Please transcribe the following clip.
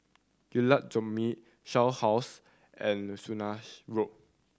Jalan Zamrud Shell House and Swanage Road